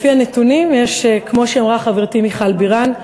לפי הנתונים יש, כמו שאמרה חברתי מיכל בירן,